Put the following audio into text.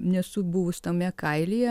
nesu buvus tame kailyje